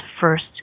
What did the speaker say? first